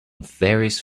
various